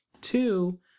Two